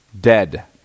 dead